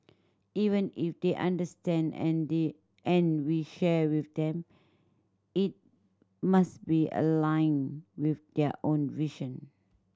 even if they understand and they and we share with them it must be aligned with their own vision